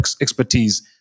expertise